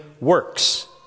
works